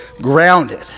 grounded